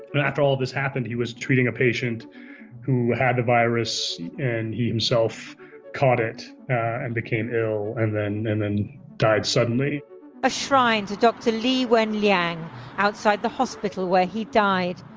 that all this happened. he was treating a patient who had a virus and he himself caught it and became ill and then and then died suddenly a shrine to dr. lee wen yang outside the hospital where he died,